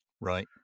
right